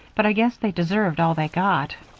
but i guess they deserved all they got.